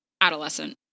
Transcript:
adolescent